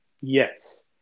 Yes